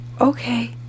Okay